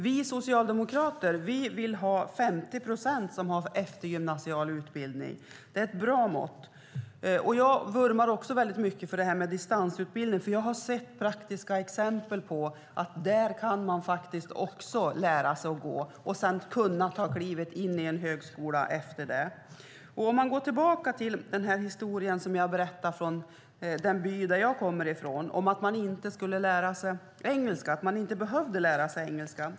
Vi socialdemokrater vill att 50 procent ska ha eftergymnasial utbildning. Det är ett bra mått. Jag vurmar också mycket för detta med distansutbildning. Jag har sett praktiska exempel på att man därifrån också kan ta klivet in på en högskola. Låt mig gå tillbaka till den historia som jag berättade från den by jag kommer från, där det sades att man inte behövde lära sig engelska.